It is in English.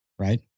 Right